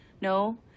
no